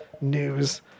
news